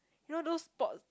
you know those sport